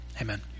amen